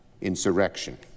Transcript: insurrection